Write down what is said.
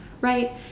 right